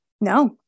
No